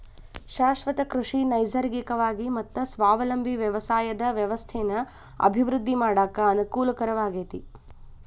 ಶಾಶ್ವತ ಕೃಷಿ ನೈಸರ್ಗಿಕವಾಗಿ ಮತ್ತ ಸ್ವಾವಲಂಬಿ ವ್ಯವಸಾಯದ ವ್ಯವಸ್ಥೆನ ಅಭಿವೃದ್ಧಿ ಮಾಡಾಕ ಅನಕೂಲಕರವಾಗೇತಿ